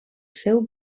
seu